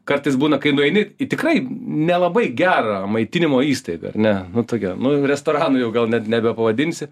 kartais būna kai nueini į tikrai nelabai gerą maitinimo įstaigą ar ne nu tokią nu restoranu jau gal net nebepavadinsi